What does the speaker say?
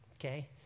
okay